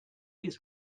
his